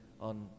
on